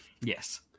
Yes